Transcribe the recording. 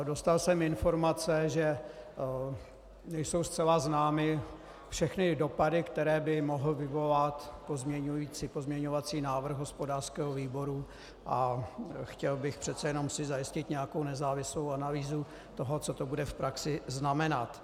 Dostal jsem informace, že nejsou zcela známy všechny dopady, které by mohl vyvolat pozměňovací návrh hospodářského výboru, a chtěl bych si přece jenom zajistit nějakou nezávislou analýzu toho, co to bude v praxi znamenat.